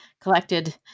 collected